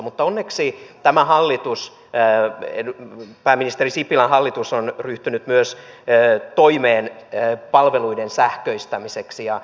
mutta onneksi pääministeri sipilän hallitus on ryhtynyt myös toimeen palveluiden sähköistämiseksi